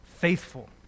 faithful